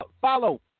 Follow